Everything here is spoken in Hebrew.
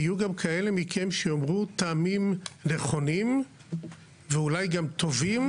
יהיו גם כאלה מכם שיאמרו טעמים נכונים ואולי גם טובים,